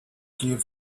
gave